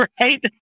right